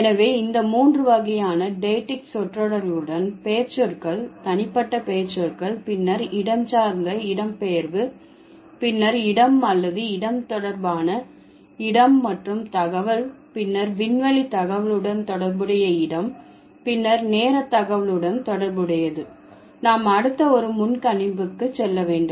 எனவே இந்த மூன்று வகையான டெய்க்ட்டிக் சொற்றொடர்களுடன் பெயர்ச்சொற்கள் தனிப்பட்ட பெயர்ச்சொற்கள் பின்னர் இடஞ்சார்ந்த இடப்பெயர்வு பின்னர் இடம் அல்லது இடம் தொடர்பான இடம் மற்றும் தகவல் பின்னர் விண்வெளி தகவலுடன் தொடர்புடைய இடம் பின்னர் நேர தகவலுடன் தொடர்புடையது நாம் அடுத்த ஒரு முன்கணிப்புக்கு செல்ல வேண்டும்